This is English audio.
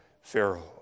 Pharaoh